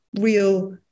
real